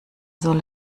soll